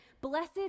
Blessed